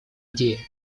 идеи